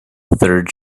third